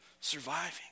surviving